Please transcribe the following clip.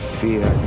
fear